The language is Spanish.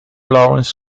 lawrence